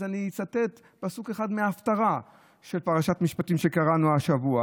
אז אצטט פסוק אחד מההפטרה של פרשת משפטים שקראנו השבוע,